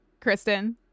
Kristen